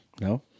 No